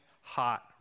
hot